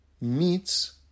meets